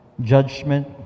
judgment